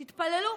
תתפללו.